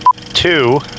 two